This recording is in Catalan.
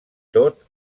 tot